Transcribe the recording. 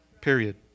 Period